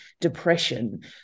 depression